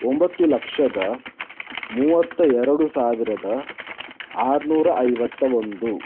ಒಂಬತ್ತು ಲಕ್ಷದ ಮೂವತ್ತ ಎರಡು ಸಾವಿರದ ಆರುನೂರ ಐವತ್ತ ಒಂದು